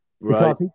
right